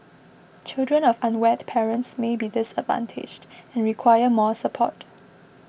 children of unwed parents may be disadvantaged and require more support